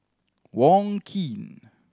Wong Keen